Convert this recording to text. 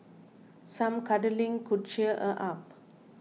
some cuddling could cheer her up